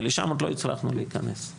ולשם עוד לא הצלחנו להיכנס.